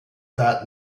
that